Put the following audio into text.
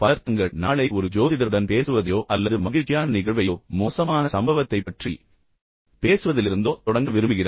பலர் தங்கள் நாளை ஒரு ஜோதிடருடன் பேசுவதையோ அல்லது வீட்டில் மகிழ்ச்சியான நிகழ்வையோ அல்லது ஏதாவது மோசமான சம்பவத்தை பற்றி பேசுவதிலிருந்தோ தொடங்க விரும்புகிறார்கள்